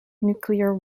nuclear